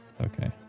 Okay